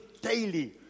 daily